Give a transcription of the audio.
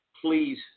please